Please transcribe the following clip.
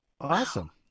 awesome